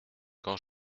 quand